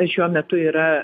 šiuo metu yra